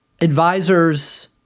Advisors